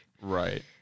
Right